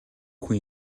хүн